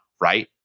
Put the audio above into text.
right